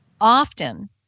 often